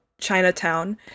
Chinatown